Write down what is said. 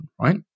right